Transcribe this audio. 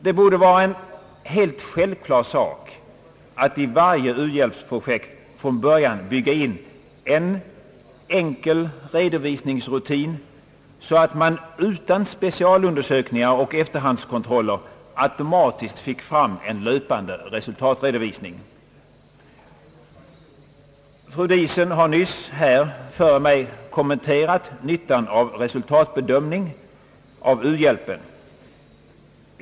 Det borde vara en helt självklar sak att i varje u-hjälpsprojekt från början bygga in en enkel redovisningsrutin, så att man utan specialundersökningar och efterhandskontroller automatiskt fick fram en löpande resultatredovisning. Fru Diesen har för mig kommenterat nyttan av resultatbedömning av u-landshjälpen.